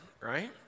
right